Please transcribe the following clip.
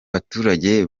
baturage